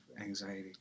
anxiety